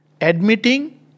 Admitting